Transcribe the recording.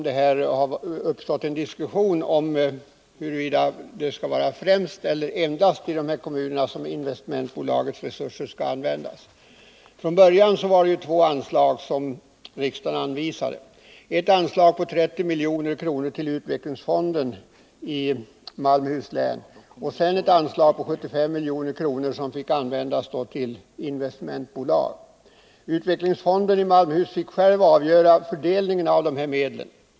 Det har uppstått en diskussion om huruvida det skall vara ”främst” eller ”endast” i dessa kommuner som investmentbolagets resurser skall användas. Från början anvisade riksdagen två anslag. Det var ett anslag på 30 milj.kr. till utvecklingsfonden i Malmöhus län och ett anslag på 75 milj.kr. för investmentbolag. Utvecklingsfonden i Malmöhus län fick själv avgöra fördelningen av medlen.